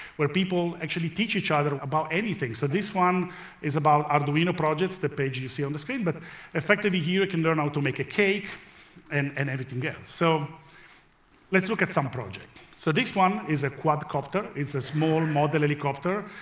where people actually teach each other about anything. so this one is about arduino projects, the page you see on the screen, but effectively here you can learn how to make a cake and and everything else yeah so let's look at some projects. so this one is a quadcopter. it's a small model helicopter.